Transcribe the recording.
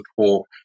support